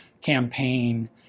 campaign